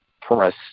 press